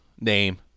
name